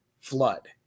flood